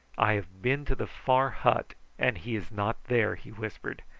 i have been to the far hut and he is not there! he whispered.